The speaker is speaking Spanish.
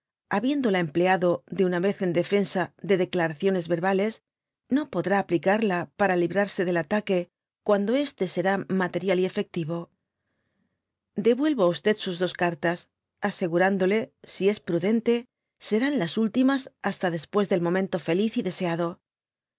habiéndola empleado de una vez en defensa de declaraciones verbales no podrá aplicarla para librarse del ataque cuando este será material y efectivo devuelvo á sus dos cartas asegurándole si os prudente serán las últimas basta después del momento feliz y deseado